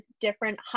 different